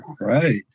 right